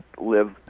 live